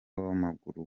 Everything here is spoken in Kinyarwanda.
w’amaguru